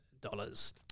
dollars